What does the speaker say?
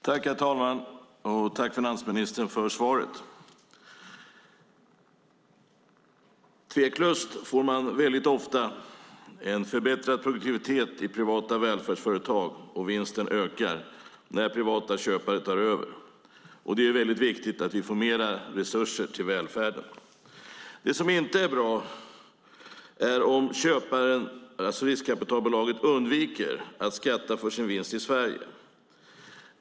Herr talman! Tack för svaret, finansministern! Tveklöst får man väldigt ofta en förbättrad produktivitet i privata välfärdsföretag och vinsten ökar när privata köpare tar över, och det är väldigt viktigt att vi får mer resurser till välfärden. Det som inte är bra är om köparen, alltså riskkapitalbolaget, undviker att skatta för sin vinst i Sverige.